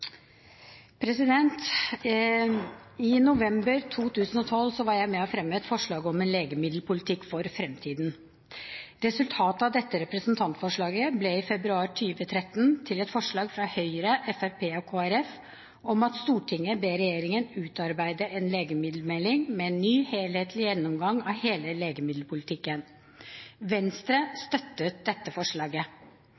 omme. I november 2012 var jeg med og fremmet et forslag om en legemiddelpolitikk for framtiden. Resultatet av dette representantforslaget ble i februar 2013 til et forslag fra Høyre, Fremskrittspartiet og Kristelig Folkeparti om at «Stortinget ber regjeringen utarbeide en legemiddelmelding» med en ny, helhetlig gjennomgang av hele legemiddelpolitikken. Venstre